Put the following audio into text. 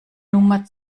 nummer